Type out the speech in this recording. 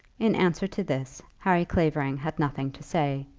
in answer to this harry clavering had nothing to say,